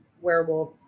werewolf